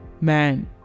man